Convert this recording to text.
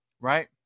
right